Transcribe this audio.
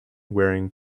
wearing